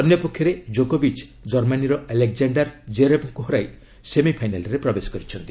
ଅନ୍ୟ ପକ୍ଷରେ ଜୋକୋବିଚ୍ ଜର୍ମାନୀର ଆଲେକ୍ଜାଣ୍ଡାର୍ ଜେରେବ୍ଙ୍କୁ ହରାଇ ସେମିଫାଇନାଲ୍ରେ ପ୍ରବେଶ କରିଛନ୍ତି